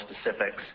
specifics